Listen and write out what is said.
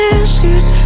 issues